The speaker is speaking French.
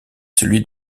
celui